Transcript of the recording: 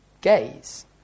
gaze